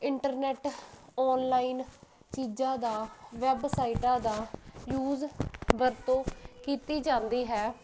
internet online ਚੀਜ਼ਾਂ ਦਾ ਵੈਬਸਾਈਟਾਂ ਦਾ ਯੂਜ ਵਰਤੋਂ ਕੀਤੀ ਜਾਂਦੀ ਹੈ